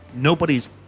nobody's